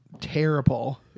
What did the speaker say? terrible